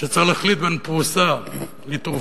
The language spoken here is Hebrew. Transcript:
שצריך להחליט בין פרוסה לתרופה,